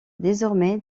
désormais